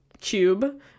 cube